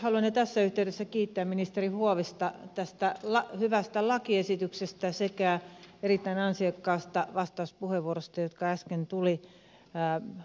haluan jo tässä yhteydessä kiittää ministeri huovista tästä hyvästä lakiesityksestä sekä erittäin ansiokkaasta vastauspuheenvuorosta joka äsken tuli